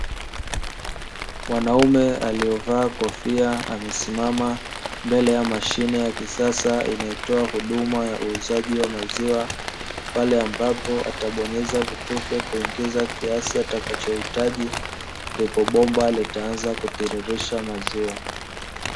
Mwanaume aliyevaa kofia amesimama mbele ya mashine ya kisasa inayotoa huduma ya utoaji wa maziwa pale ambapo atabonyeza vitufe kuekeza kiasi atakachohitaji ndipo bomba litaanza kutiririsha maziwa.